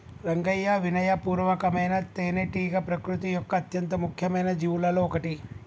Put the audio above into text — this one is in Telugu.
రంగయ్యా వినయ పూర్వకమైన తేనెటీగ ప్రకృతి యొక్క అత్యంత ముఖ్యమైన జీవులలో ఒకటి